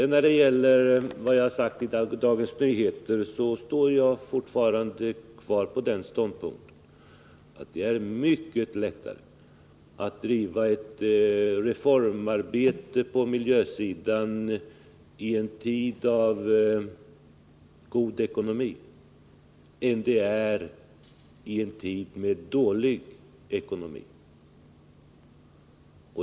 När det gäller vad jag sagt i Dagens Nyheter står jag fortfarande kvar vid ståndpunkten, att det är mycket lättare att driva ett reformarbete på miljösidan i en tid med god ekonomi än det är i en tid med dålig ekonomi.